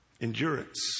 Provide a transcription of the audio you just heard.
Endurance